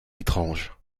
étrange